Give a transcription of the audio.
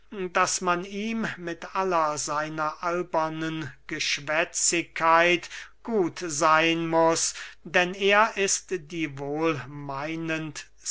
daß man ihm mit aller seiner albernen geschwätzigkeit gut seyn muß denn er ist die